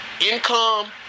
income